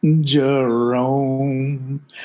Jerome